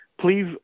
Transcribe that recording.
please